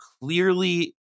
clearly